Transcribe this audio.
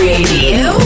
Radio